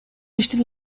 иштин